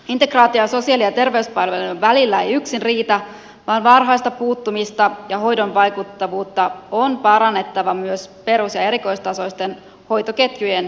integraatio sosiaali ja terveyspalveluiden välillä ei yksin riitä vaan varhaista puuttumista ja hoidon vaikuttavuutta on parannettava myös perus ja erikoistasoisia hoitoketjuja lyhentämällä